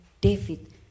David